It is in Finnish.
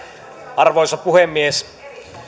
arvoisa puhemies